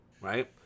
Right